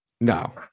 No